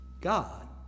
God